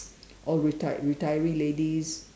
all retire retiree ladies